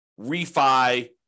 refi